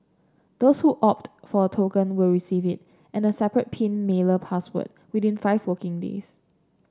those who opt for a token will receive it and a separate pin mailer password within five working days